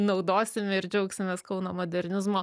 naudosime ir džiaugsimės kauno modernizmo